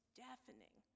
deafening